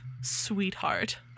sweetheart